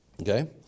okay